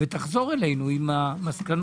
ותחזור עם מסקנות.